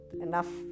enough